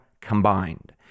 combined